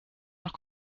nach